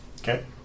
Okay